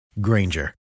Granger